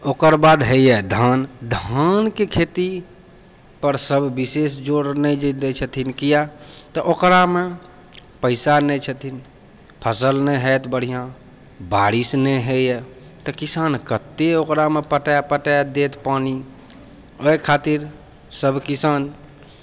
ओकरबाद होइए धान धानके खेतीपर सब विशेष जोर नहि जे दै छथिन किया तऽ ओकरामे पैसा नहि छथिन फसल नहि होइत बढ़िआँ बारिश नहि होइए तऽ किसान कते ओकरामे पटाए पटाए देत पानि अइ खातिर सब किसान